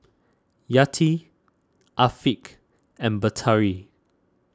Yati Afiq and Batari